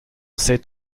sait